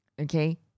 Okay